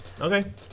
Okay